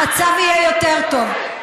המצב יהיה יותר טוב.